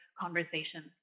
conversations